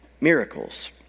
miracles